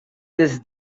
this